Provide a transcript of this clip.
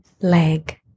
leg